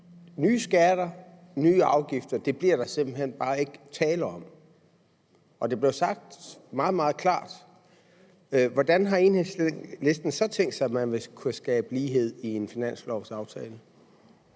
nye skatter og nye afgifter bliver der simpelt hen ikke tale om, og det blev sagt meget, meget klart. Hvordan har Enhedslisten så tænkt sig, at man vil kunne skabe øget lighed med en finanslovsaftale?